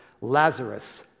Lazarus